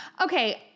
Okay